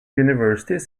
universities